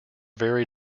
very